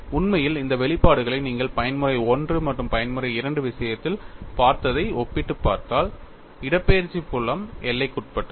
உண்மையில் இந்த வெளிப்பாடுகளை நீங்கள் பயன்முறை I மற்றும் பயன்முறை II விஷயத்தில் பார்த்ததை ஒப்பிட்டுப் பார்த்தால் இடப்பெயர்ச்சி புலம் எல்லைக்குட்பட்டது